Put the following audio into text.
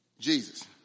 Jesus